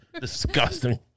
Disgusting